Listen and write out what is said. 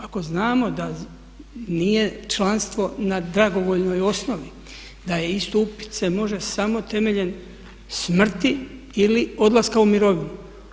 Ako znamo da nije članstvo na dragovoljnoj osnovi, da se istupit može samo temeljem smrti ili odlaska u mirovinu.